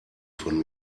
von